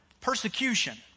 Persecution